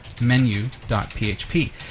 menu.php